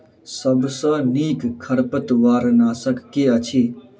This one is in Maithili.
सबसँ नीक खरपतवार नाशक केँ अछि?